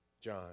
John